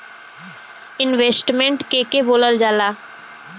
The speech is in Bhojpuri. इन्वेस्टमेंट के के बोलल जा ला?